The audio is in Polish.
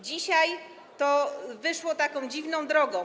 Dzisiaj to wyszło taką dziwną drogą.